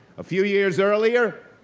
a few years earlier,